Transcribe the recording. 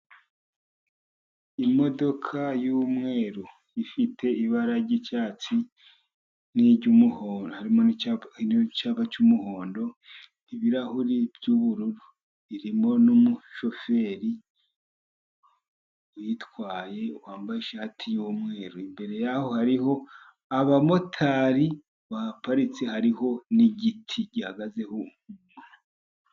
Imodoka y'umweru ifite ibara ry'icyatsi n'iry'umuhondo, harimo n'icyapa cy'umuhondo, ibirahuri by'ubururu, irimo n'umushoferi uyitwaye wambaye ishati y'umweru, imbere yayo hariho abamotari baparitse hari n'igiti gihagazeho umuntu.